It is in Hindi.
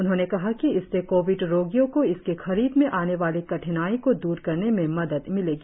उन्होंने कहा कि इससे कोविड रोगियों को इसकी खरीद में आने वाली कठिनाई को दूर करने में मदद मिलेगी